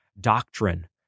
doctrine